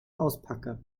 auspacke